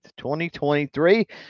2023